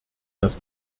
das